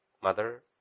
mother